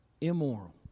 immoral